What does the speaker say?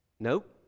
nope